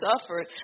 suffered